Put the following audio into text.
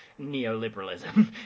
neoliberalism